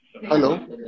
Hello